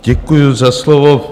Děkuju za slovo.